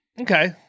Okay